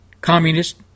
communist